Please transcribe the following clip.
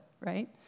right